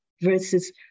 versus